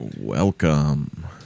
Welcome